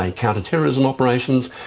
ah counter-terrorism operations,